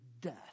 death